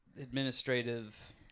administrative